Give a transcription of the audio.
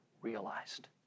realized